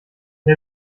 der